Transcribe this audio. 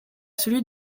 celui